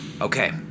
Okay